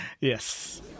Yes